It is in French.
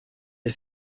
est